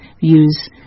views